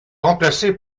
remplacé